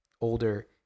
older